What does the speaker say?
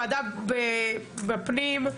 ועדת הפנים,